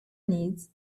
needs